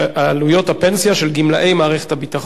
עלויות הפנסיה של גמלאי מערכת הביטחון,